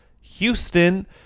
Houston